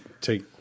take